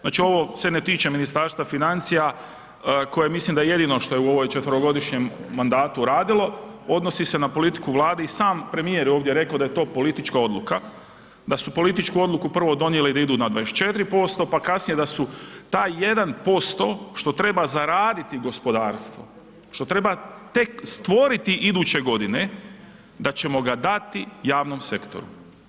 Znači ovo se ne tiče Ministarstva financija koje mislim da je jedino što je u ovom četverogodišnjem mandatu radilo odnosi se na politiku Vlade i sam premijer je ovdje rekao da je to politička odluka, da su političku odluku prvo donijeli da idu na 24% pa kasnije da su taj 1% što treba zaraditi gospodarstvo, što treba tek stvoriti iduće godine da ćemo ga dati javnom sektoru.